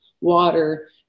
water